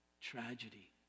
tragedy